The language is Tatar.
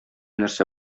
нәрсә